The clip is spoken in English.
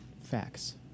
facts